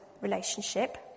relationship